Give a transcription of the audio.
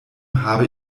habe